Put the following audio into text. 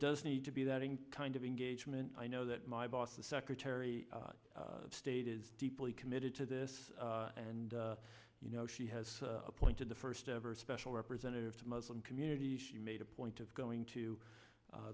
does need to be that kind of engagement i know that my boss the secretary of state is deeply committed to this and you know she has appointed the first ever special representative to muslim community she made a point of going to